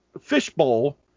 fishbowl